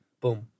boom